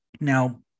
Now